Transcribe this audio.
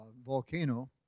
volcano